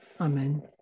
Amen